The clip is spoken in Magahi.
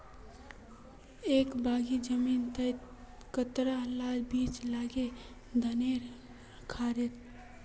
एक बीघा जमीन तय कतला ला बीज लागे धानेर खानेर?